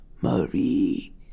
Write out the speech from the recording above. Marie